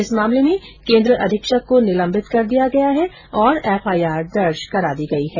इस मामले में केन्द्र अधीक्षक को निलंबित कर दिया गया है और एफआईआर दर्ज करा दी गई है